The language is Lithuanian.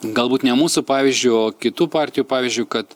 galbūt ne mūsų pavyzdžiu o kitų partijų pavyzdžiu kad